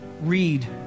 read